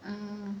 ah